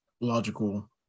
logical